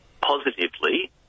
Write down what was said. positively